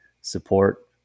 support